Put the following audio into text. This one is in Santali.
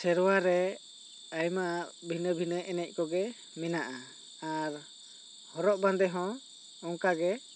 ᱥᱮᱨᱣᱟ ᱨᱮ ᱟᱭᱢᱟ ᱵᱷᱤᱱᱟᱹ ᱵᱷᱤᱱᱟ ᱮᱱᱮᱡ ᱠᱚᱜᱮ ᱢᱮᱱᱟᱜᱼᱟ ᱟᱨ ᱦᱚᱨᱚᱜ ᱵᱟᱫᱮᱸ ᱦᱚᱸ ᱚᱱᱠᱟ ᱜᱮ